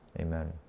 amen